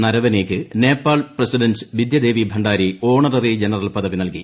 നരവനേയ്ക്ക് Nepal president Bidyadevi Bhandari honorary general പദവി നൽകി